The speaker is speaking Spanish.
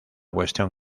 cuestión